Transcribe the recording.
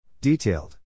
Detailed